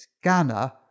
scanner